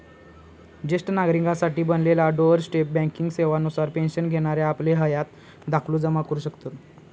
ज्येष्ठ नागरिकांसाठी बनलेल्या डोअर स्टेप बँकिंग सेवा नुसार पेन्शन घेणारे आपलं हयात दाखलो जमा करू शकतत